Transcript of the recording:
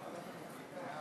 ההצעה